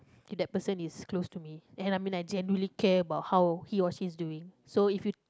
if that person is close to me and I mean I generally care about how he or she is doing so if you